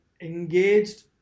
engaged